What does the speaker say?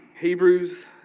Hebrews